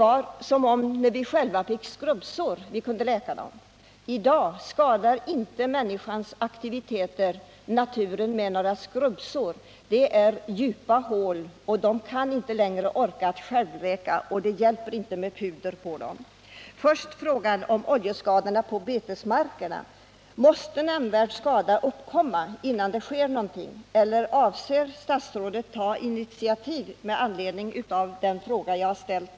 De skadorna kan jämföras med skrubbsår som vi själva ådrar oss — de kan självläkas. I dag utsätter människans aktiviteter naturen inte bara för skrubbsår — de åstadkommer djupa hål, som inte självläker och som inte kan avhjälpas med puder. När det först gäller frågan om oljeskadorna på betesmarkerna vill jag fråga: Måste nämnvärd skada ha uppkommit för att något skall göras eller avser statsrådet att ta initiativ med anledning av den fråga som jag här har ställt?